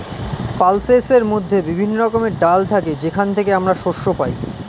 পালসেসের মধ্যে বিভিন্ন রকমের ডাল থাকে যেখান থেকে আমরা শস্য পাই